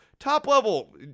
top-level